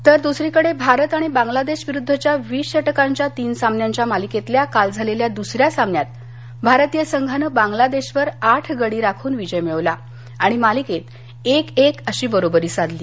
तर द्सरीकडे भारत आणि बांगलादेश विरुद्धच्या वीस षटकांच्या तीन सामन्यांच्या मालिकेतल्या काल झालेल्या दुसऱ्या सामन्यात भारतीय संघानं बांगलादेशवर आठ गडी राखून विजय मिळवला आणि मालिकेत एक एक अशी बरोबरी साधली